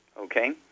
okay